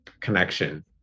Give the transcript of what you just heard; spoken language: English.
connection